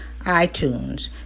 iTunes